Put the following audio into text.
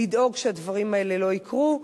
לדאוג שהדברים האלה לא יקרו.